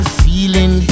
feeling